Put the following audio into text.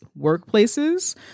workplaces